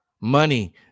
money